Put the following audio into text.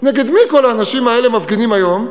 נגד מי כל האנשים מפגינים היום?